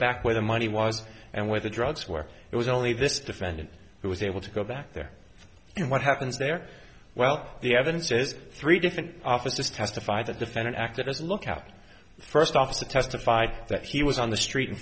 back where the money was and where the drugs where it was only this defendant who was able to go back there and what happens there well the evidence is three different officers testify the defendant acted as a lookout first officer testified that he was on the street in